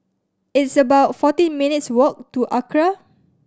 it's about fourteen minutes walk to ACRA